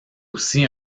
aussi